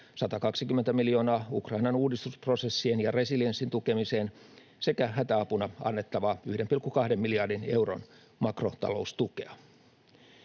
120 miljoonaa Ukrainan uudistusprosessien ja resilienssin tukemiseen sekä hätäapuna annettavaa 1,2 miljardin euron makrotaloustukea.